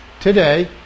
today